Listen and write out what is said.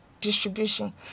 distribution